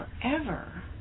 forever